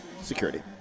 security